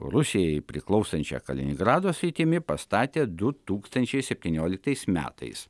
rusijai priklausančia kaliningrado sritimi pastatė du tūkstančiai septynioliktais metais